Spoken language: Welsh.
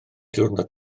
diwrnod